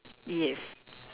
yes